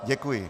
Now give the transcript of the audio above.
Děkuji.